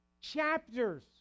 chapters